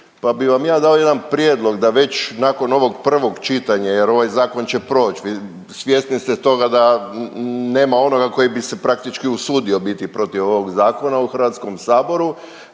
pa bi vam ja dao jedan prijedlog. Da već nakon ovog prvog čitanja jer ovaj zakon će proć, svjesni ste toga da nema onoga koji bi se praktički usudio biti protiv ovog zakona u Hrvatskom saboru